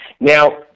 Now